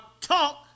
talk